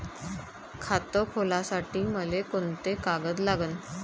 खात खोलासाठी मले कोंते कागद लागन?